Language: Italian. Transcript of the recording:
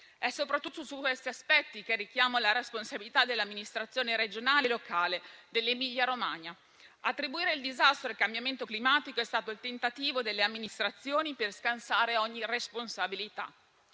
È soprattutto su questi aspetti che richiamo la responsabilità dell'amministrazione regionale e locale dell'Emilia-Romagna. Attribuire il disastro al cambiamento climatico è stato il tentativo delle amministrazioni per scansare ogni responsabilità.